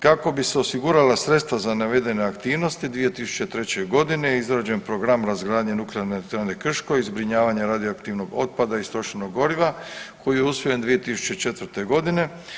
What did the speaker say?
Kako bi se osigurala sredstva za navedene aktivnosti 2003. godine izrađen program razgradnje Nuklearne elektrane Krško i zbrinjavanje radioaktivnog otpada i istrošenog goriva koji je usvojen 2004. godine.